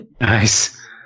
Nice